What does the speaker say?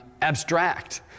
abstract